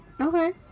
Okay